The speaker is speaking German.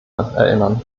erinnern